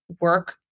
work